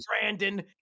Brandon